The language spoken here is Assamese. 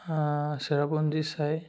চেৰাপুঞ্জী চাই